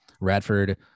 Radford